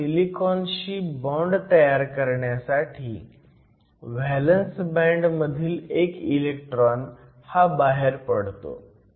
आता सिलिकॉनशी बॉण्ड तयार करण्यासाठी व्हॅलंस बँड मधील एक इलेट्रॉन हा बाहेर पडतो